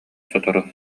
сотору